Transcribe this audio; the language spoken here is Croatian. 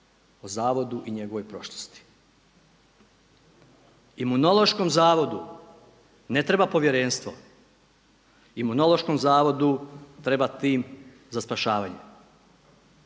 o zavodu i njegovoj prošlosti. Imunološkom zavodu ne treba povjerenstvo, Imunološkom zavodu treba tim za spašavanje.